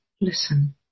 listen